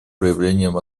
проявлением